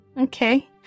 Okay